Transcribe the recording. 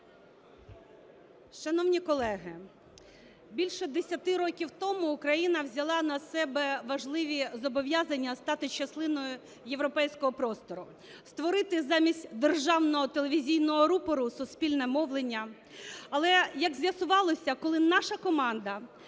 Шановні колеги! Більше 10 років тому Україна взяла на себе важливі зобов'язання стати частиною європейського простору, створити, замість державного телевізійного рупору, суспільне мовлення. Але, як з'ясувалося, коли наша команда